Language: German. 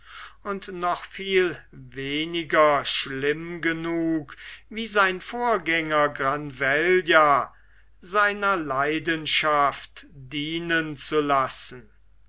und noch viel weniger schlimm genug sie wie sein vorgänger granvella seiner leidenschaft dienen zu lassen